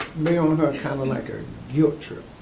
lay on her kind of like a guilt trip,